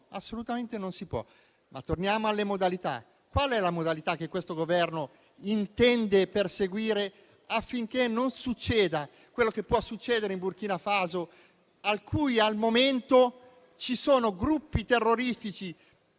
assolutamente. Torniamo però alle modalità: qual è la modalità che il Governo intende perseguire affinché non succeda quello che può accadere in Burkina Faso, in cui al momento ci sono gruppi terroristici